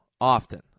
often